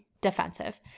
defensive